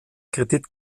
kredit